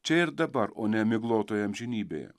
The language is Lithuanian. čia ir dabar o ne miglotoj amžinybėje